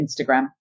Instagram